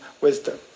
wisdom